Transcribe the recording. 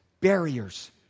barriers